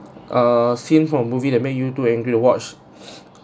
a scene from movie that made you too angry to watch